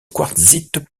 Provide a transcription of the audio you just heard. quartzite